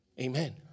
Amen